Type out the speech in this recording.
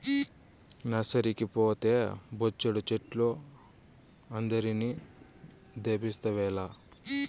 నర్సరీకి పోతే బొచ్చెడు చెట్లు అందరిని దేబిస్తావేల